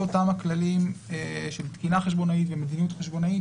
אותם הכללים של תקינה חשבונאית ומדיניות חשבונאית